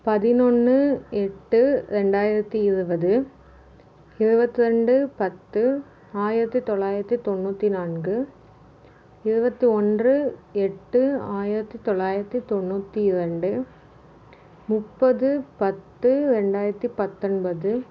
பதினொன்று எட்டு ரெண்டாயிரத்தி இருபது இருபத்தி ரெண்டு பத்து ஆயிரத்தி தொள்ளாயிரத்தி தொண்ணூற்றி நான்கு இருபத்தி ஒன்று எட்டு ஆயிரத்தி தொள்ளாயிரத்தி தொண்ணூற்றி இரண்டு முப்பது பத்து ரெண்டாயிரத்தி பத்தொன்பது